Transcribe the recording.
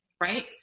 right